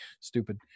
Stupid